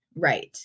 Right